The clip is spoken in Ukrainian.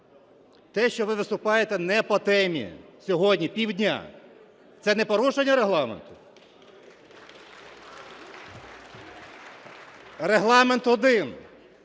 Те, що ви виступаєте не по темі сьогодні пів дня – це не порушення Регламенту? Регламент